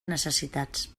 necessitats